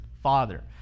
father